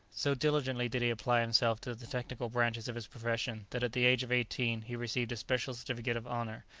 so diligently did he apply himself to the technical branches of his profession that at the age of eighteen he received a special certificate of honour,